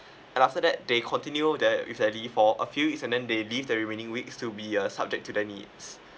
and after that they continue that with that leave for a few weeks and then they leave the remaining weeks to be uh subject to their needs